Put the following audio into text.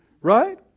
Right